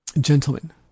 gentlemen